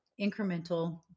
incremental